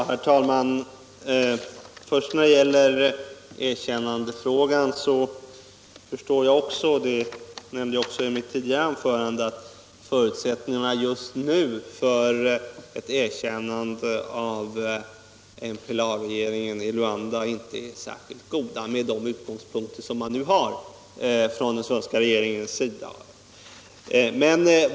Herr talman! När det gäller erkännandefrågan förstår också jag — det nämnde jag i mitt tidigare anförande — att förutsättningarna just nu för ett erkännande av MPLA-regeringen i Luanda inte är särskilt goda med de utgångspunkter den svenska regeringen har.